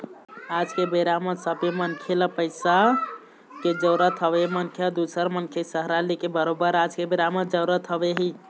आज के बेरा म सबे मनखे ल पइसा के जरुरत हवय मनखे ल दूसर मनखे के सहारा लेके बरोबर आज के बेरा म जरुरत हवय ही